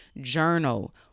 Journal